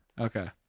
Okay